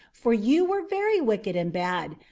for you were very wicked and bad.